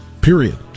Period